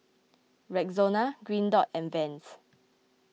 Rexona Green Dot and Vans